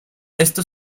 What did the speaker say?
esto